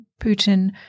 Putin